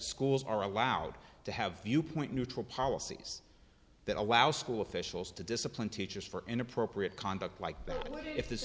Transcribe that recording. schools are allowed to have viewpoint neutral policies that allow school officials to discipline teachers for inappropriate conduct like